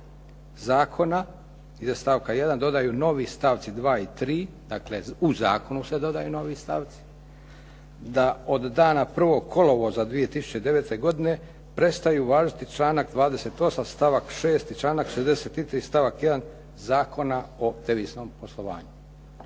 zakona, iza stavka 1. dodaju novi stavci 2. i 3., dakle u zakonu se dodaju novi stavci, da od dana 1. kolovoza 2009. godine prestaju važiti članak 28. stavak 6. i članak 63. stavak 1. Zakona o deviznom poslovanju.